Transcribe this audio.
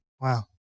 Wow